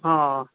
हा